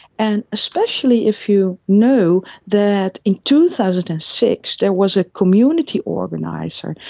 and especially if you know that in two thousand and six there was a community organiser,